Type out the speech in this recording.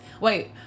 Wait